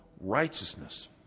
righteousness